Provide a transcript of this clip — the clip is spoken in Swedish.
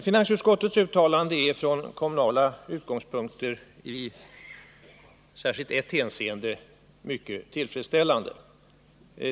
Finansutskottets skrivning är från kommunala utgångspunkter i särskilt ett avseende mycket tillfredsställande.